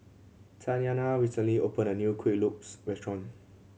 Tatyanna recently opened a new Kueh Lopes restaurant